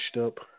up